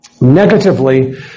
Negatively